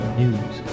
news